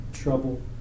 Trouble